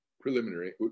preliminary